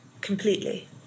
completely